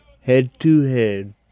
head-to-head